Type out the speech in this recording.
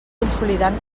consolidant